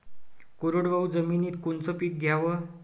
कोरडवाहू जमिनीत कोनचं पीक घ्याव?